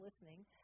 Listening